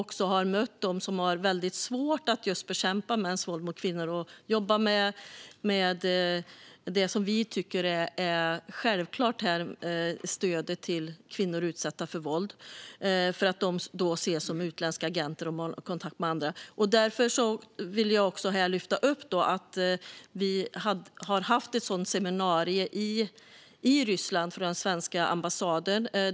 Jag har mött personer som har haft svårt att arbeta med något som vi tycker är självklart, nämligen stöd till kvinnor som är utsatta för våld, eftersom de ses som utländska agenter med kontakt med andra länder. I Ryssland hade vi ett seminarium om detta vid svenska ambassaden.